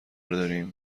داریم